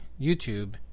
YouTube